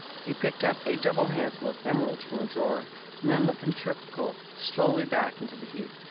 he picked up a double handful of emeralds from a drawer, and then let them trickle slowly back into the heap.